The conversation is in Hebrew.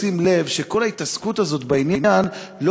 לשים לב שכל ההתעסקות הזאת בעניין לא